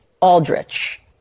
Aldrich